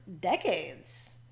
decades